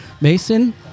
Mason